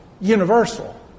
universal